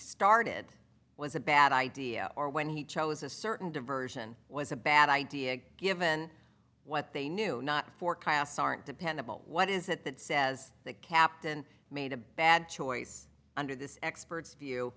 started was a bad idea or when he chose a certain diversion was a bad idea given what they knew not forecasts aren't dependable what is it that says the captain made a bad choice under this expert's view